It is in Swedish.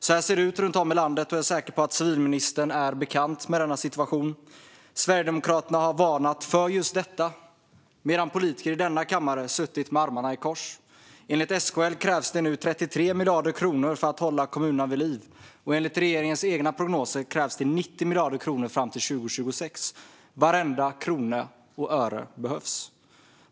Så ser det ut runt om i landet, och jag är säker på att civilministern är bekant med situationen. Sverigedemokraterna har varnat för just detta medan politiker i denna kammare har suttit med armarna i kors. Enligt SKL krävs det nu 33 miljarder kronor för att hålla kommunerna vid liv, och enligt regeringens egna prognoser krävs det 90 miljarder kronor fram till 2026. Varenda krona och vartenda öre behövs.